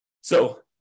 So-